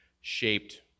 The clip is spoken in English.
shaped